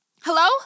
Hello